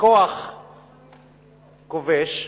ככוח כובש,